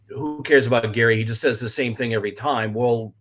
who cares about gary, he just says the same thing every time. well,